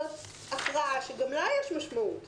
זאת הכרעה שגם לה יש משמעות.